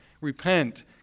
Repent